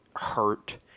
hurt